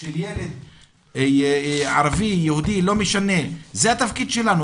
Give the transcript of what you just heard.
של ילד ערבי, יהודי, לא משנה, זה התפקיד שלנו.